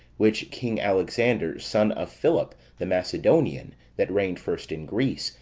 which king alexander, son of philip, the macedonian, that reigned first in greece,